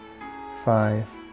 five